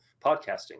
podcasting